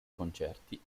concerti